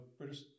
British